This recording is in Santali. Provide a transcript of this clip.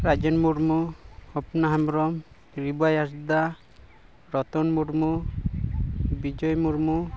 ᱨᱟᱡᱮᱱ ᱢᱩᱨᱢᱩ ᱦᱚᱯᱱᱟ ᱦᱮᱢᱵᱨᱚᱢ ᱨᱤᱵᱟᱭ ᱦᱟᱸᱥᱫᱟ ᱨᱚᱛᱚᱱ ᱢᱩᱨᱢᱩ ᱵᱤᱡᱚᱭ ᱢᱩᱨᱢᱩ